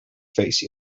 face